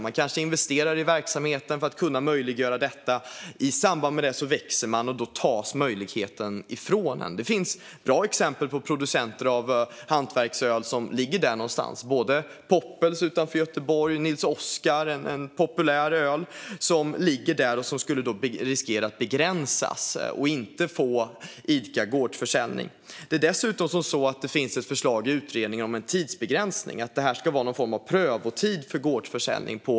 Man kanske investerar i verksamheten för att möjliggöra detta. Och i samband med detta växer man, och då tas möjligheten ifrån en. Det finns bra exempel på producenter av hantverksöl som ligger på den nivån, både Poppels Bryggeri utanför Göteborg och Nils Oscars bryggeri som har populär öl, och som skulle riskera att begränsas och inte få idka gårdsförsäljning. Det finns dessutom ett förslag i utredningen om en tidsbegränsning och att detta ska vara någon form av prövotid på sex år för gårdsförsäljning.